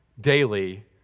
daily